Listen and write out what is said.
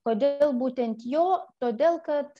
kodėl būtent jo todėl kad